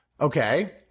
Okay